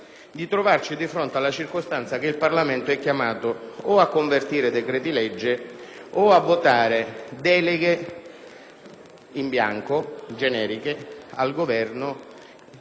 di trovarci di fronte alla circostanza che il Parlamento è chiamato o a convertire decreti-legge o a votare deleghe in bianco, generiche, al Governo,